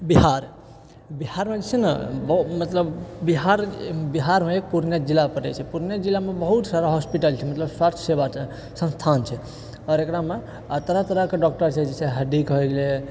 बिहार बिहारमे जे छै ने मतलब बिहार बिहार है पूर्णिया जिला पड़ै छै पूर्णिया जिलामे बहुत सारा हॉस्पिटल छै मतलब स्वक्छ सेवा छै संस्थान छै आओर ओकरामे तरह तरहकेँ बच्चा सब छै हड्डीके हलै